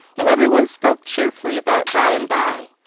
and every one spoke cheerfully about by and by.